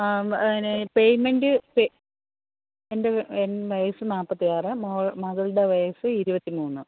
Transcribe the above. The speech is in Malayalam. പിന്നെ പേയ്മെൻറ് പേ എൻ്റെ എൻ വയസ്സ് നാൽപ്പത്തിയാറ് മോൾ മകളുടെ വയസ്സ് ഇരുപത്തിമൂന്ന്